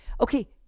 Okay